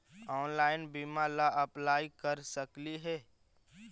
Online बीमा ला apply कर सकली हे?